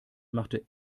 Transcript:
machte